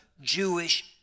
Jewish